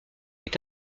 est